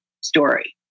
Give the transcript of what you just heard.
story